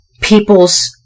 people's